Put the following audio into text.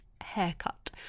haircut